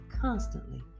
constantly